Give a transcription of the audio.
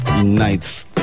Nights